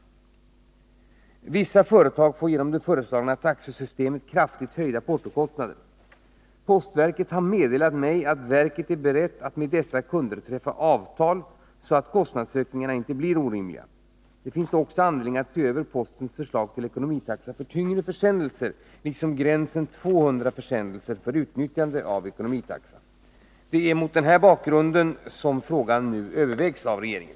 Vissa företag får genom det föreslagna taxesystemet kraftigt höjda portokostnader. Postverket har meddelat mig att verket är berett att med dessa kunder träffa avtal så att kostnadsökningarna inte blir orimliga. Det finns också anledning att se över postens förslag till ekonomitaxa för tyngre försändelser liksom gränsen 200 försändelser för utnyttjande av ekonomitaxa. Det är mot den här bakgrunden som frågan nu övervägs av regeringen.